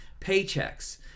paychecks